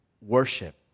worship